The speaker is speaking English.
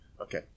okay